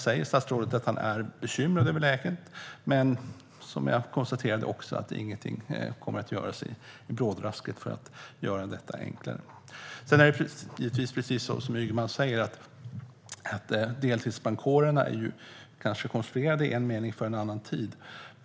Statsrådet säger att han är bekymrad över läget, men som jag konstaterade kommer ingenting att göras i brådrasket för att förenkla det hela. Det är givetvis så som Ygeman säger: Deltidsbrandkårerna är i en mening konstruerade för en annan tid.